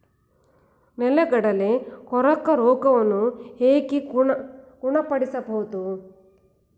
ನೆಲಗಡಲೆ ಕೊರಕ ರೋಗವನ್ನು ಹೇಗೆ ಗುಣಪಡಿಸಬಹುದು?